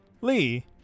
Lee